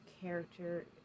character